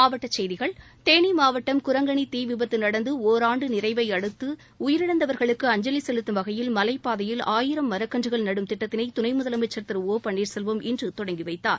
மாவட்டச் செய்திகள் தேனி மாவட்டம் குரங்கணி தீவிபத்து நடந்து ஒராண்டு நிறைவை அடுத்து உயிரிழந்தவர்களுக்கு அஞ்சலி செலுத்தும் வகையில் மலைப் பாதையில் ஆயிரம் மரக்கன்றுகள் நடும் திட்டத்தினை துணை முதலமைச்சர் திரு ஓ பன்னீர்செல்வம் இன்று தொடங்கி வைத்தார்